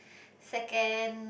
second